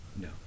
No